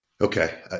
Okay